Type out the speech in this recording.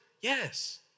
Yes